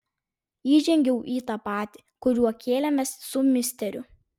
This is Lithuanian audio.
įžengiau į tą patį kuriuo kėlėmės su misteriu